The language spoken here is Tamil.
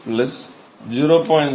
36 0